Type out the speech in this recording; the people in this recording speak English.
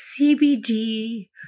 CBD